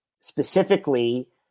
specifically